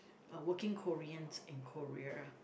uh working Koreans in Korea